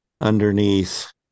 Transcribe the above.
underneath